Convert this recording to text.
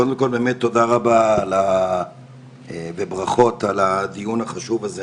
קודם כל באמת תודה רבה וברכות על הדיון החשוב הזה.